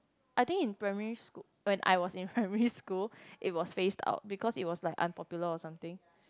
I think in primary school when I was in primary school it was phased out because it was like unpopular or something